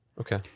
Okay